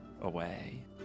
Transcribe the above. away